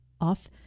off